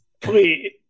please